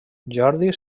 jordi